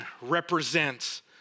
represents